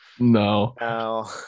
No